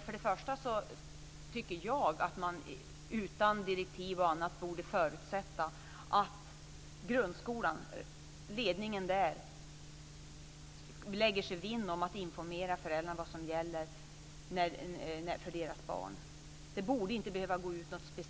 Fru talman! Först och främst tycker jag att man utan direktiv och annat borde förutsätta att ledningen för grundskolan lägger sig vinn om att informera föräldrarna om vad som gäller för deras barn. Det borde inte behöva gå ut något